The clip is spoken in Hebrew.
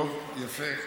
יפה.